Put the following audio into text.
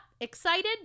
excited